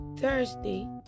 Thursday